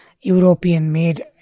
European-made